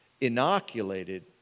inoculated